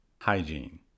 hygiene